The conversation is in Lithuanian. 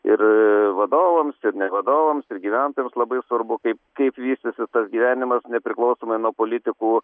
ir vadovams ir vadovams ir gyventojams labai svarbu kaip kaip vystysis tas gyvenimas nepriklausomai nuo politikų